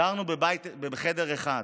גרנו בחדר אחד